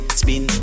spin